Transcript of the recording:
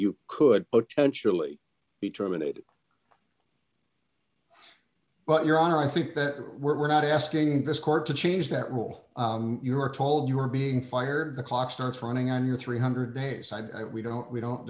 you could potentially be terminated but your honor i think that we're not asking this court to change that will you were told you were being fired the clock starts running on your three hundred dollars a side we don't we don't